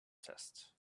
test